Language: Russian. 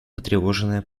потревоженная